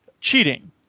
cheating